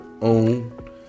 own